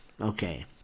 Okay